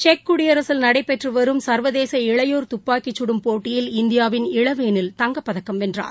செக்குடியரசில் நடைபெற்று வரும் சர்வதேச இளையோர் துப்பாக்கிச் சூடும் போட்டியில் இந்தியாவின் இளவேனில் தங்கப்பதக்கம் வென்றார்